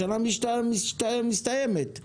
השנה מסתיימת.